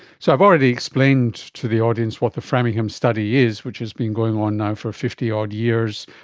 so i've already explained to the audience what the framingham study is, which has been going on now for fifty odd years,